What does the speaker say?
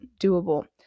doable